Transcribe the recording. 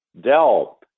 Dell